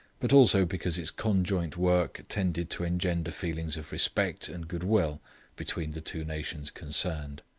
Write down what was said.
but also because its conjoint work tended to engender feelings of respect and goodwill between the two nations concerned.